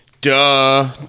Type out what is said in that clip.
Duh